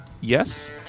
yes